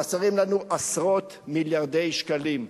חסרים לנו עשרות מיליארדי שקלים.